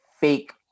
fake